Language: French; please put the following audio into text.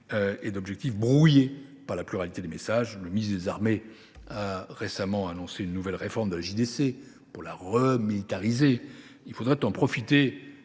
ils ont été brouillés par la pluralité des messages. Le ministre des armées a récemment annoncé une nouvelle réforme de la JDC visant à la remilitariser. Il faudrait en profiter